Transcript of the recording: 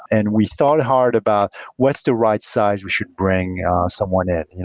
and we thought hard about what's the right size? we should bring someone in.